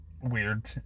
weird